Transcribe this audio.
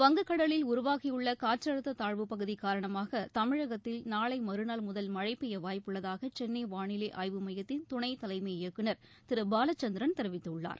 வங்கக் கடலில் உருவாகியுள்ளகாற்றழுத்ததாழ்வுப் பகுதிகாரணமாகதமிழகத்தில் நாளைமறுநாள் முதல் மழைபெய்யவாய்ப்புள்ளதாகசென்னைவானிலைஆய்வு மையத்தின் துணைத் தலைமை இயக்குநர் திருபாலச்சந்திரன் தெரிவித்துள்ளார்